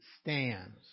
Stands